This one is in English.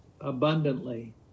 abundantly